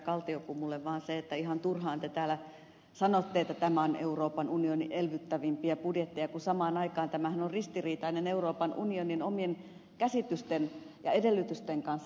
kaltiokummulle vaan se että ihan turhaan te täällä sanotte että tämä on euroopan unionin elvyttävimpiä budjetteja kun samaan aikaanhan tämä on ristiriitainen euroopan unionin omien käsitysten ja edellytysten kanssa